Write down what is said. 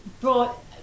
brought